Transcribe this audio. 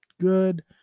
good